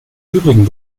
übrigen